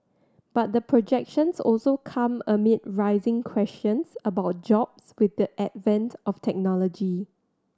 but the projections also come amid rising questions about jobs with the advent of technology